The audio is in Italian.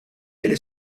delle